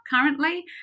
currently